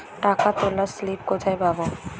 টাকা তোলার স্লিপ কোথায় পাব?